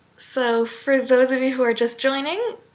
so for those of you who are just joining,